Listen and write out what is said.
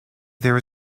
there